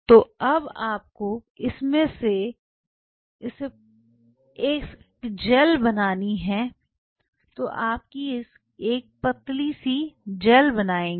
तो अब आपको इसमें से एक जेल बनानी है तो आप इसकी एक पतली जेल बनाएंगे